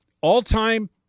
All-time